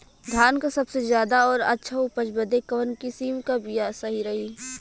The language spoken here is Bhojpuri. धान क सबसे ज्यादा और अच्छा उपज बदे कवन किसीम क बिया सही रही?